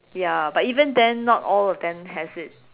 ya but even then not all of them has it